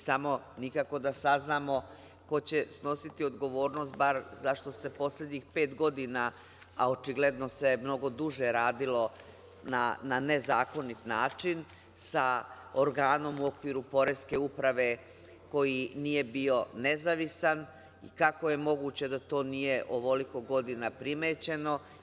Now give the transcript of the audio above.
Samo, nikako da saznamo ko će snositi odgovornost bar zašto se poslednjih pet godina, a očigledno se mnogo duže radilo na nezakonit način, sa organom u okviru poreske uprave koji nije bio nezavisan i kako je moguće da to nije ovoliko godina primećeno?